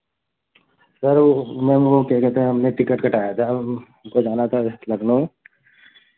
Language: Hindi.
सर वो मैम वो क्या कहते हैं हमने टिकट कटाया था हम को जाना था लखनऊ